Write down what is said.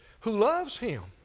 who loves him,